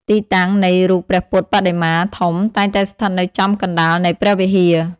ទីតាំង នៃរូបព្រះពុទ្ធបដិមាធំតែងតែស្ថិតនៅចំកណ្តាលនៃព្រះវិហារ។